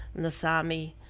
and the sami,